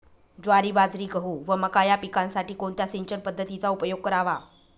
ज्वारी, बाजरी, गहू व मका या पिकांसाठी कोणत्या सिंचन पद्धतीचा उपयोग करावा?